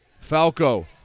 Falco